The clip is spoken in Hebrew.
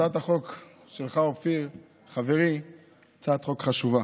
הצעת החוק שלך, אופיר חברי, היא הצעת חוק חשובה,